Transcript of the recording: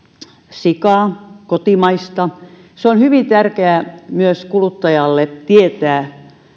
sikaa kotimaista on hyvin tärkeää myös kuluttajalle tietää